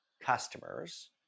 customers